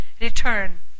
return